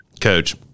Coach